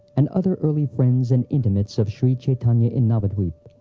and other early friends and intimates of shri chaitanya in navadvip.